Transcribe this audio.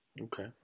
Okay